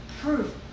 proof